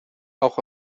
auch